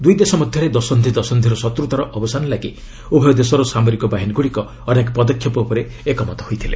ଦୁଇ ଦେଶ ମଧ୍ୟରେ ଦଶନ୍ଧି ଦଶନ୍ଧିର ଶତ୍ରତାର ଅବସାନ ଲାଗି ଉଭୟ ଦେଶର ସାମରିକ ବାହିନୀଗୁଡ଼ିକ ଅନେକ ପଦକ୍ଷେପ ଉପରେ ଏକମତ ହୋଇଛନ୍ତି